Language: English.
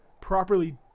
properly